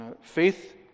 Faith